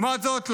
לעומת זאת,